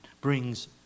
brings